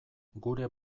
gure